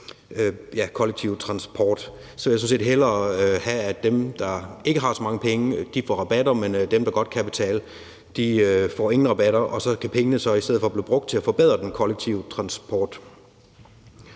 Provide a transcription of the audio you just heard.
kollektive transport. Så jeg vil sådan set hellere have, at dem, der ikke har så mange penge, får rabatter, men at dem, der godt kan betale, ikke får nogen rabatter, og at pengene så i stedet for kan blive brugt til at forbedre den kollektive transport.